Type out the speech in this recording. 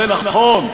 זה נכון,